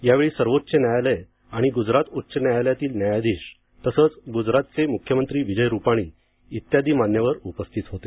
यावेळी सर्वोच्च न्यायालय आणि गुजरात उच्च न्यायालयातील न्यायाधीश तसंच गुजरातचे मुख्यमंत्री विजय रूपाणी इत्यादि मान्यवर उपस्थित होते